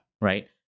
right